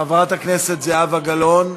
חברת הכנסת זהבה גלאון,